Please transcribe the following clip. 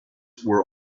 were